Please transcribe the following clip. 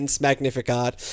Magnificat